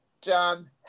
John